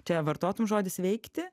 čia vartotum žodį sveikti